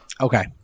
Okay